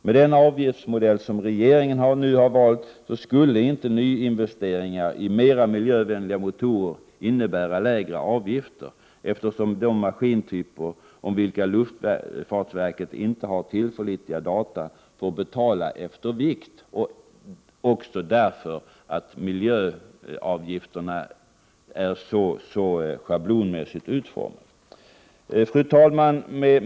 Med den avgiftsmodell regeringen nu har valt skulle inte nyinvesteringar i mera miljövänliga motorer innebära lägre avgifter, eftersom de maskintyper om vilka luftfartsverket inte har tillförlitliga data får betala efter vikt. Miljöavgifterna är också mycket schablonmässigt utformade. Fru talman!